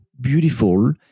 beautiful